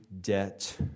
debt